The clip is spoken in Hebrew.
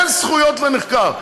אין זכויות לנחקר.